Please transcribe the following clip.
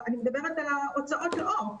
אני מדברת על ההוצאות לאור.